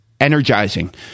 energizing